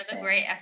great